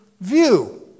view